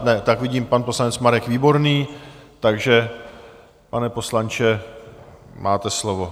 Ne, tak vidím, pan poslanec Marek Výborný, takže pane poslanče, máte slovo.